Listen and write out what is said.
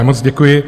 Moc děkuji.